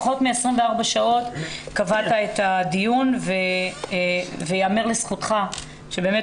כאשר בפחות מ-24 שעות קבעת את הדיון וייאמר לזכותך שבאמת